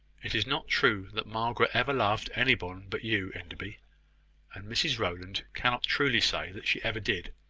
it is not true that margaret ever loved any one but you, enderby and mrs rowland cannot truly say that she ever did.